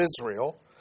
Israel